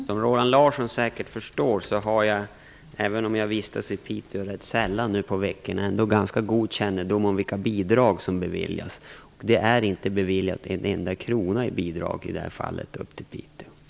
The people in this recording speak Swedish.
Fru talman! Som Roland Larsson säkert förstår har jag, även om jag vistas i Piteå rätt sällan under veckorna, ändå ganska god kännedom om vilka bidrag som beviljas. Det är i det här fallet inte en enda krona i bidrag beviljad upp till Piteå.